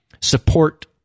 support